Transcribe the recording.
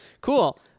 Cool